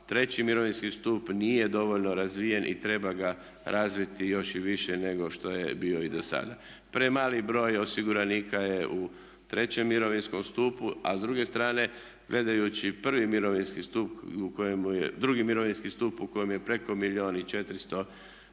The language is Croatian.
Treći mirovinski stup nije dovoljno razvijen i treba ga razviti još i više nego što je bio i do sada. Premali broj osiguranika je u trećem mirovinskom stupu, a s druge strane gledajući prvi mirovinski stup u kojem je, drugi mirovinski stup